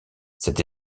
cette